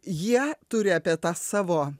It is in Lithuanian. jie turi apie tą savo